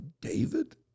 David